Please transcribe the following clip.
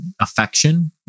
affection